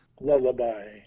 lullaby